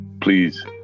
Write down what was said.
please